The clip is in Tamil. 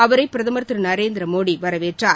அவரை பிரதமர் திரு நரேந்திர மோடி வரவேற்றார்